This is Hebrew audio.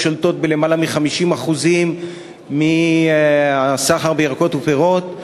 שהיום שולטות ביותר מ-50% מהסחר בירקות ופירות.